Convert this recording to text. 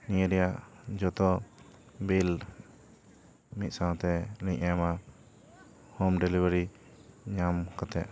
ᱱᱤᱭᱟᱹ ᱨᱮᱭᱟᱜ ᱡᱚᱛᱚ ᱵᱤᱞ ᱢᱤᱫ ᱥᱟᱶᱛᱮ ᱞᱤᱧ ᱮᱢᱟ ᱦᱳᱢ ᱰᱮᱞᱤᱵᱷᱟᱨᱤ ᱧᱟᱢ ᱠᱟᱛᱮ